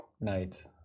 Night